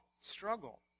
struggle